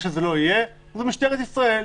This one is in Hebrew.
זו משטרת ישראל,